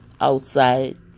outside